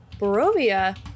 Barovia